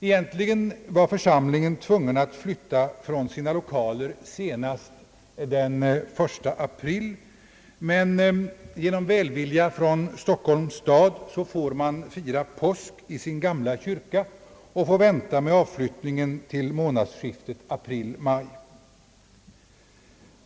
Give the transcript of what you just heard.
Egentligen var församlingen tvungen att flytta från sina lokaler senast den 1 april, men genom välvilja från Stockholms stad får man fira påsk i sin gamla kyrka och får vänta med avflyttningen till månadsskiftet april-maj.